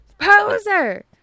poser